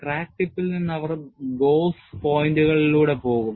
crack ടിപ്പിൽ നിന്ന് അവർ Gauss പോയിന്റുകളിലൂടെ പോകും